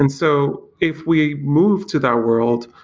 and so if we move to that world,